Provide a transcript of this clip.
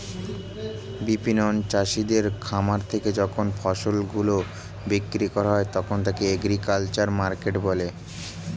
বিপণন চাষীদের খামার থেকে যখন ফসল গুলো বিক্রি করা হয় তখন তাকে এগ্রিকালচারাল মার্কেটিং বলে